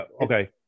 Okay